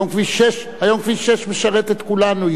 היום כביש 6 משרת את כולנו,